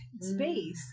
space